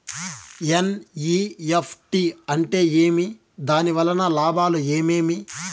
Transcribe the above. NEFT అంటే ఏమి? దాని వలన లాభాలు ఏమేమి